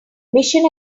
mission